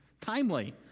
Timely